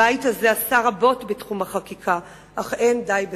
הבית הזה עשה רבות בתחום החקיקה, אך לא די בכך.